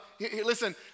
listen